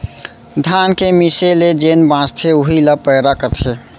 धान के मीसे ले जेन बॉंचथे उही ल पैरा कथें